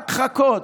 רק חכות.